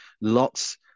lots